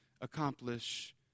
accomplish